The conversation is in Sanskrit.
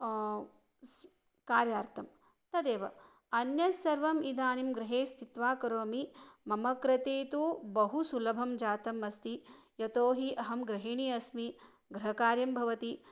कार्यार्थं तदेव अन्यत्सर्वम् इदानीं गृहे स्थित्वा करोमि मम कृते तु बहु सुलभं जातम् अस्ति यतोहि अहं गृहिणी अस्मि गृहकार्यं भवति